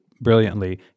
brilliantly